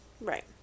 Right